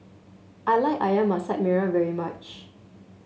I like ayam Masak Merah very much